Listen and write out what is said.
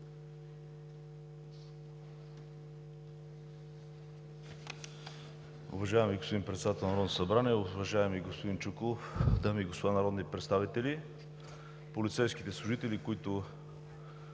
Уважаеми господин Председател на Народното събрание, уважаеми господин Чуколов, дами и господа народни представители! Полицейските служители, които